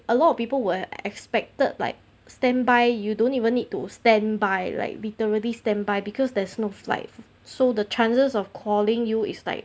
a lot of people were expected like standby you don't even need to stand by like literally stand by because there's no flight so the chances of calling you is like